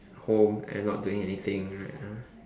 home and not doing anything right now